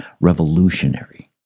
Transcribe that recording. revolutionary